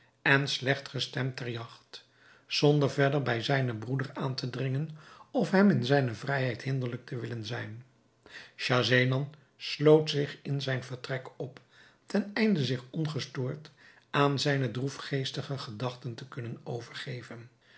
en slecht gestemd ter jagt zonder verder bij zijnen broeder aan te dringen of hem in zijne vrijheid hinderlijk te willen zijn schahzenan sloot zich in zijn vertrek op ten einde zich ongestoord aan zijne droefgeestige gedachten te kunnen overgeven